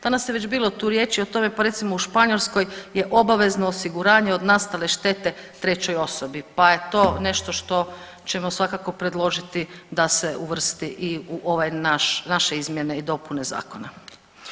Danas je već bilo tu riječi o tome, pa recimo u Španjolskoj je obavezno osiguranje od nastale štete trećoj osobi, pa je to nešto što ćemo svakako predložiti da se uvrsti i ovaj naš, ove naše izmjene i dopune zakona.